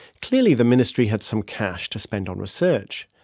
clearly, the ministry had some cash to spend on research.